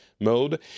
mode